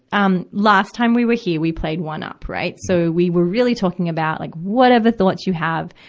um, last time we were here, we played one-up, right. so, we were really talking about like whatever thoughts you have,